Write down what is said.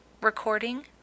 Recording